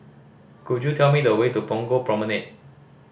could you tell me the way to Punggol Promenade